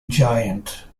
giant